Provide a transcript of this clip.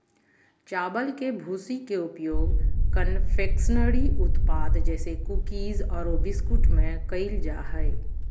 चावल के भूसी के उपयोग कन्फेक्शनरी उत्पाद जैसे कुकीज आरो बिस्कुट में कइल जा है